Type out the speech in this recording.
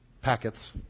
packets